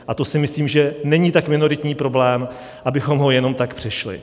A to si myslím, že není tak minoritní problém, abychom ho jenom tak přešli.